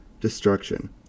destruction